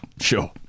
sure